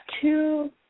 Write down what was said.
two